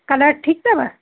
colour ठीकु अथव